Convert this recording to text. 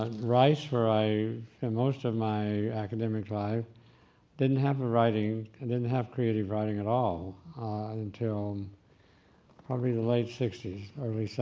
ah rice, where i spent and most of my academic life didn't have a writing and didn't have creative writing at all until um probably the late sixty s, early so